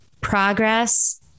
progress